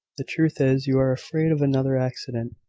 the truth is, you are afraid of another accident.